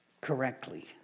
correctly